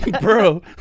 bro